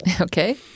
Okay